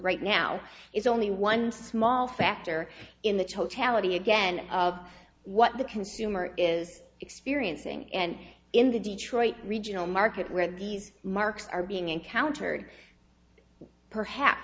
correct now is only one small factor in the totality again of what the consumer is experiencing and in the detroit regional market where these marks are being encountered perhaps